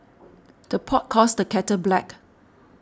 the pot calls the kettle black